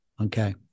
okay